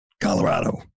Colorado